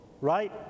right